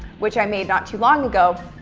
which i made not too long ago,